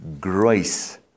grace